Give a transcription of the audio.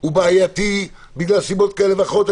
הוא בעייתי, בגלל סיבות כאלה ואחרות.